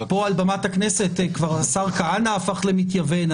פה על במת הכנסת כבר השר כהנא הפך למתייוון,